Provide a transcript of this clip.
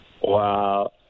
Wow